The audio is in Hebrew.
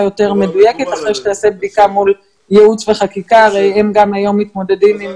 יותר מדויקת אחרי שתיעשה בדיקה מול ייעוץ וחקיקה שהיום מתמודדים עם